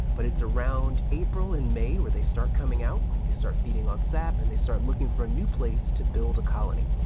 but it's around april and may where they start coming out. they start feeding on sap, and they start looking for a new place to build a colony.